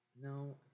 no